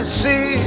see